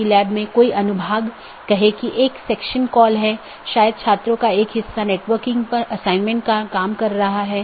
इसलिए हर कोई दुसरे को जानता है या हर कोई दूसरों से जुड़ा हुआ है